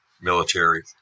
military